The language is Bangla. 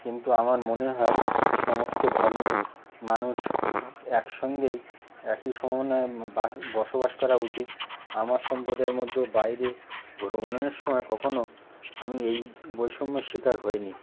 কিন্তু আমার মনে হয় সমস্ত ধর্মের মানুষ একসঙ্গেই একই সমন্বয়ে বা বসবাস করা উচিত আমার সম্প্রদায়ের মধ্যেও বাইরে ভ্রমণের সময় কখনও আমি এই বৈষম্যের শিকার হইনি